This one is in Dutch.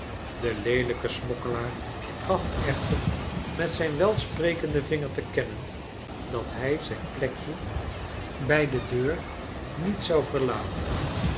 de leelijke smokkelaar gaf echter met zijn welsprekenden vinger te kennen dat hij zijn plekje bij de deur niet zou verlaten